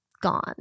gone